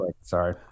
Sorry